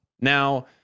now